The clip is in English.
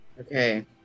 Okay